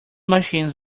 machines